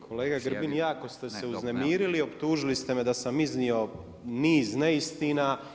Kolega Grbin jako ste se uznemirili, optužili ste me da sam iznio niz neistina.